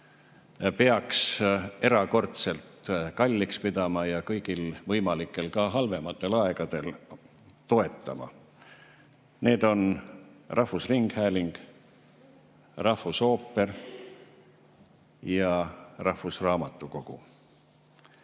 peaks erakordselt kalliks pidama ja kõigil võimalikel, ka halvematel aegadel toetama. Need on rahvusringhääling, rahvusooper ja rahvusraamatukogu.